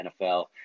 NFL